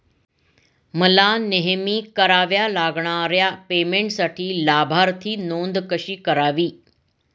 मला नेहमी कराव्या लागणाऱ्या पेमेंटसाठी लाभार्थी नोंद कशी करावी?